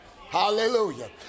Hallelujah